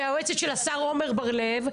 והיא היועצת של השר עמר בר לב,